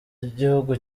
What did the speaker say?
igihugu